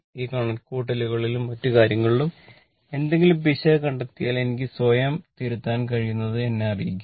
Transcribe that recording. ഈ കണക്കുകൂട്ടലുകളിലും മറ്റ് കാര്യങ്ങളിലും എന്തെങ്കിലും പിശക് കണ്ടെത്തിയാൽ എനിക്ക് സ്വയം തിരുത്താൻ കഴിയുന്നത് എന്നെ അറിയിക്കുക